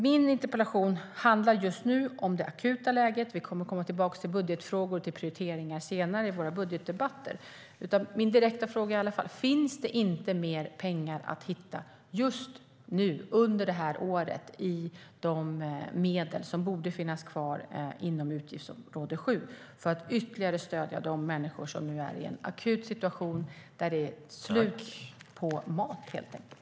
Min interpellation handlar om det akuta läget just nu. Vi kommer tillbaka till budgetfrågor och prioriteringar senare i våra budgetdebatter. Min direkta fråga är i alla fall: Finns det inte mer pengar att hitta just nu under det här året i de medel som borde finnas kvar inom utgiftsområde 7 för att ytterligare stödja de människor som är i en akut situation där det helt enkelt är slut på mat?